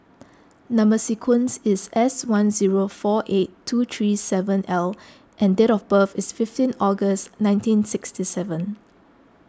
Number Sequence is S one zero four eight two three seven L and date of birth is fifteen August nineteen sixty seven